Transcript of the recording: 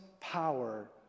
power